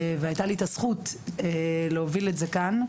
הייתה לי את הזכות להוביל את זה כאן,